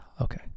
okay